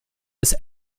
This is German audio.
bis